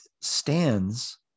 stands